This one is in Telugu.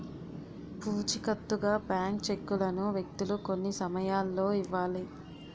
పూచికత్తుగా బ్లాంక్ చెక్కులను వ్యక్తులు కొన్ని సమయాల్లో ఇవ్వాలి